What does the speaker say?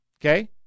Okay